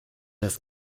das